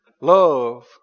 Love